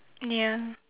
ya